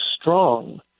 strong